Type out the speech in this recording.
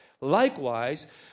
Likewise